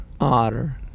otter